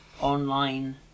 online